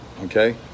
Okay